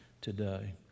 today